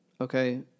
okay